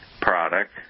product